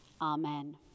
amen